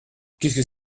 qu’est